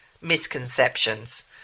misconceptions